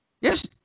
Yes